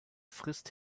frisst